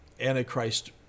Antichrist